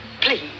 Please